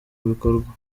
bikorwa